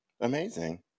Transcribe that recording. amazing